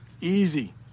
easy